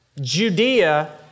Judea